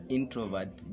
introvert